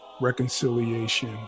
Reconciliation